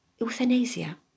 euthanasia